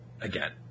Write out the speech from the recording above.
again